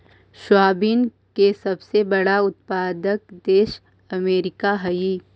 soybean के सबसे बड़ा उत्पादक देश अमेरिका हइ